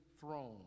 throne